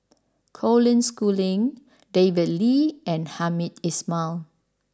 Colin Schooling David Lee and Hamed Ismail